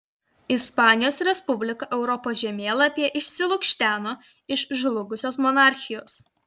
ispanijos respublika europos žemėlapyje išsilukšteno iš žlugusios monarchijos